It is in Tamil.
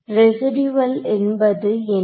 ரெசிடூயல் என்பது என்ன